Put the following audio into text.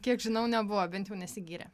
kiek žinau nebuvo bent jau nesigyrė